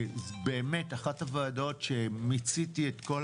באמת, אחת הוועדות שמיציתי את כל